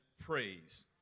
praise